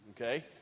Okay